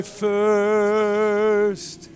first